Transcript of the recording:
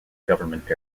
government